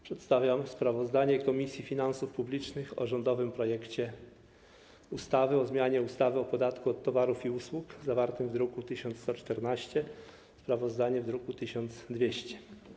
Przedstawiam sprawozdanie Komisji Finansów Publicznych o rządowym projekcie ustawy o zmianie ustawy o podatku od towarów i usług zawartym w druku nr 1114 (sprawozdanie: druk nr 1200)